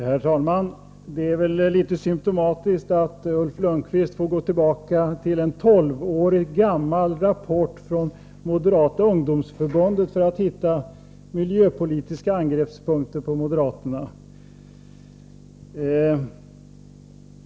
Herr talman! Det är litet symtomatiskt att Ulf Lönnqvist får gå tillbaka till en tolv år gammal rapport från Moderata ungdomsförbundet för att hitta miljöpolitiska angreppspunkter på moderaterna.